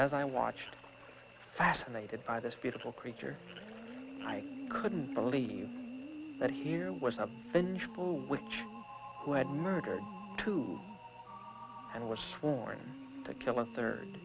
as i watched fascinated by this beautiful creature i couldn't believe that here was a vengeful witch who had murdered two and was sworn to kill a third